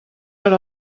per